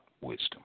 Wisdom